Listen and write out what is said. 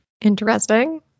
Interesting